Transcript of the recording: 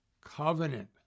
covenant